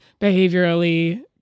behaviorally